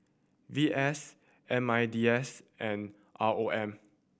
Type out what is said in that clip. V S M I N D S and R O M